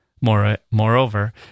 Moreover